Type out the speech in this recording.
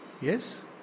Yes